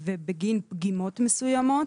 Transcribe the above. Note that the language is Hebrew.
ובגין פגימות מסוימות.